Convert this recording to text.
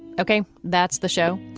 okay. that's the show.